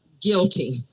guilty